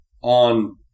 on